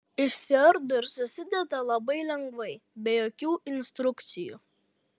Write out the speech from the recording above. išsiardo ir susideda labai lengvai be jokių instrukcijų